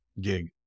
gig